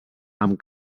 amb